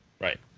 right